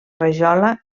rajola